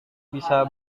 bisa